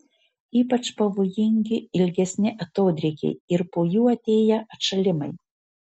ypač pavojingi ilgesni atodrėkiai ir po jų atėję atšalimai